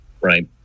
right